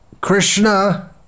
Krishna